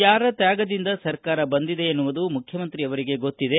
ಯಾರ ತ್ಯಾಗದಿಂದ ಸರ್ಕಾರ ಬಂದಿದೆ ಎನ್ನುವುದು ಮುಖ್ಯಮಂತ್ರಿಯವರಿಗೆ ಗೊತ್ತಿದೆ